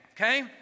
Okay